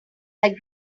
like